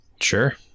Sure